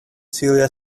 celia